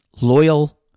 loyal